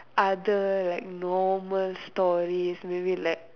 other like normal stories maybe like